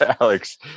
Alex